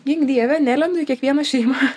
gink dieve nelendu į kiekvieną šeimą